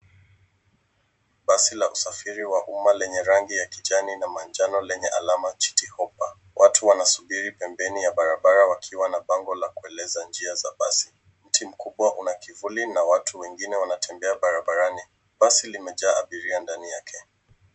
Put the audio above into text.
Basi la usafiri wa umma lenye rangi ya kijani na manjano lenye alama Citi Hoppa, watu wanasubiri pembeni ya barabara wakiwa na bango la kueleza njia za basi. Mti mkubwa una kivuli na watu wengine wanatembea barabarani. Basi lemejaa abiria ndani yake.